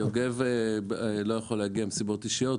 יוגב לא יכול להגיע מסיבות אישיות,